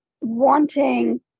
wanting